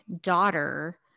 daughter